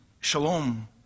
shalom